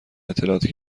اطلاعاتی